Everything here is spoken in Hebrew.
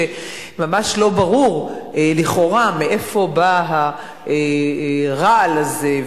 שממש לא ברור לכאורה מאיפה בא הרעל הזה,